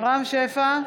רם שפע,